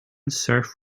surf